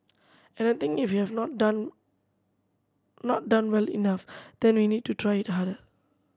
and I think if we have not done not done well enough then we need to try it harder